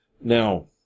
Now